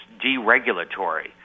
deregulatory